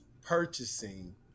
purchasing